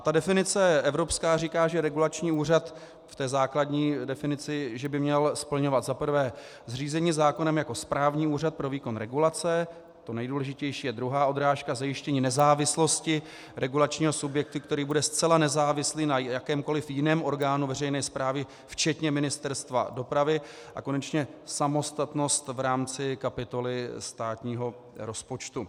Ta definice evropská říká, že regulační úřad v té základní definici by měl splňovat za prvé zřízení zákonem jako správní úřad pro výkon regulace, to nejdůležitější je druhá odrážka zajištění nezávislosti regulačního subjektu, který bude zcela nezávislý na jakémkoliv jiném orgánu veřejné správy včetně Ministerstva dopravy, a konečně samostatnost v rámci kapitoly státního rozpočtu.